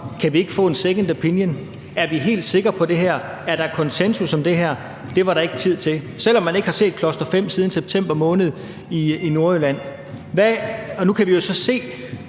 om vi ikke kan få en second opinion, om vi er helt sikre på det her, og om der er konsensus om det her, men at det er der ikke tid til – selv om man ikke har set cluster-5 siden september måned i Nordjylland. Og nu kommer der jo